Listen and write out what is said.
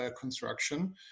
construction